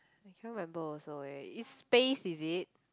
I cannot remember also eh it's space is it